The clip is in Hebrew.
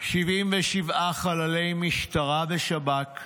77 חללי משטרה ושב"כ,